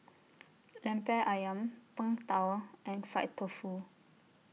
Lemper Ayam Png Tao and Fried Tofu